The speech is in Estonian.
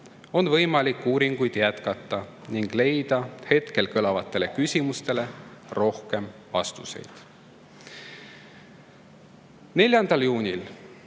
on võimalik uuringuid jätkata ning leida hetkel kõlavatele küsimustele rohkem vastuseid. 4. juunil